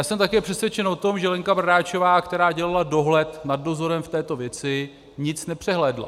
Jsem také přesvědčen o tom, že Lenka Bradáčová, která dělala dohled nad dozorem v této věci, nic nepřehlédla.